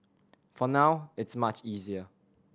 for now it's much easier